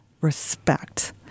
respect